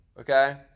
okay